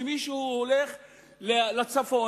שמישהו הולך לצפון,